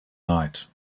night